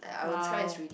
!wow!